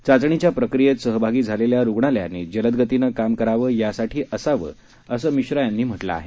चाचणीच्या प्रक्रियेत सहभागी झालेल्या रुग्णालयांनी जलदगतीनं काम करावं यासाठी असावं असं मिश्रा यांनी म्हटलं आहे